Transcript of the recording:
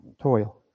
Toil